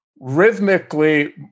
rhythmically